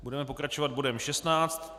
Budeme pokračovat bodem 16.